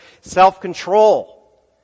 self-control